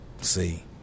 See